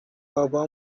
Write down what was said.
بابا